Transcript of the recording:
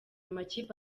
makipe